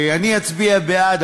אני אצביע בעד,